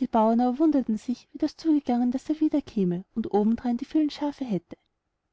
die bauern aber wunderten sich wie das zugegangen daß er wieder käme und obendrein die vielen schaafe hätte